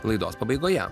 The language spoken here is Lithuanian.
laidos pabaigoje